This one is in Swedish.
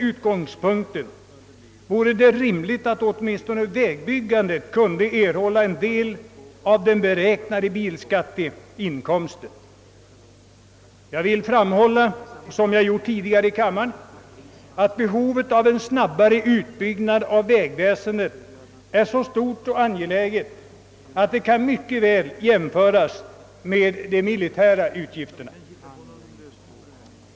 utgångspunkten vore det rimligt att åtminstone vägbyggandet finge erhålla en del av den uppräknade bilskatteinkomsten, Jag vill framhålla — jag har gjort det tidigare här i kammaren — att behovet av en snabbare utbyggnad av vägväsendet är så stort och angeläget att det mycket väl kan jämföras med behovet av ökade militära utgifter.